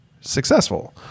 successful